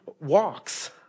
walks